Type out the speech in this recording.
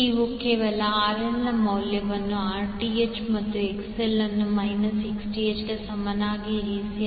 ನೀವು ಕೇವಲ RL ನ ಮೌಲ್ಯವನ್ನು Rth ಮತ್ತು XL ಅನ್ನು ಮೈನಸ್ Xth ಗೆ ಸಮಾನವಾಗಿ ಇರಿಸಿ